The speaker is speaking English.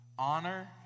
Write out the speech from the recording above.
Honor